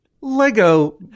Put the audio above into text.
Lego